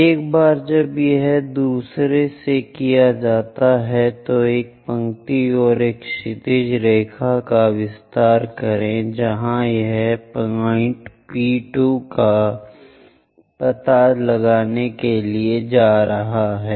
एक बार जब यह दूसरे से किया जाता है तो एक पंक्ति और एक क्षैतिज रेखा का विस्तार करें जहां यह पॉइंट पी 2 का पता लगाने के लिए जा रहा है